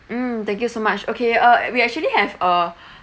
mm thank you so much okay uh we actually have a